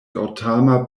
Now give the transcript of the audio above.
gautama